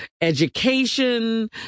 education